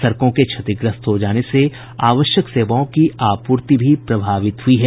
सड़कों के क्षतिग्रस्त हो जाने से आवश्यक सेवाओं की आपूर्ति भी प्रभावित हुई है